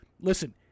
listen